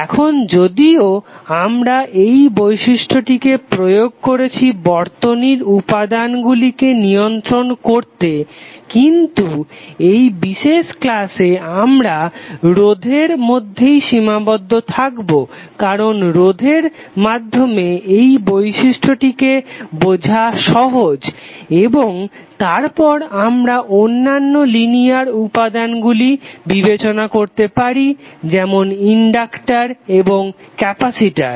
এখন যদিও আমরা এই বৈশিষ্ট্যটিকে প্রয়োগ করেছি বর্তনীর উপাদানগুলিকে নিয়ন্ত্রন করতে কিন্তু এই বিশেষ ক্লাসে আমরা রোধের মধ্যেই সীমাবদ্ধ থাকবো কারণ রোধের মাধ্যমে এই বিশিষ্টটিকে বোঝা সহজ এবং তারপর আমরা অন্যান্য লিনিয়ার উপাদানগুলি বিবেচনা করতে পারি যেমন ইনডাক্টার এবং ক্যাপাসিট্র